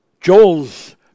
joel's